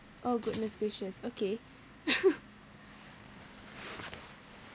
oh goodness gracious okay